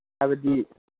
ꯍꯥꯏꯕꯗꯤ